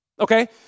Okay